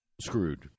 screwed